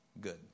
good